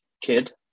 kid